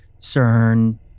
CERN